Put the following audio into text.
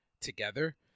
together